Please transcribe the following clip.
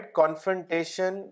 confrontation